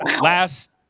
Last